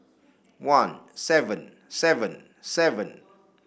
one seven seven seven